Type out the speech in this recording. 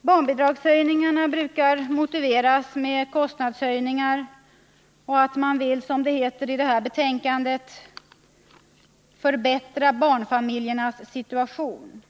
Barnbidragshöjningarna brukar motiveras med kostnadshöjningar och att man vill, som det heter i detta betänkande, ”förbättra barnfamiljernas situation”.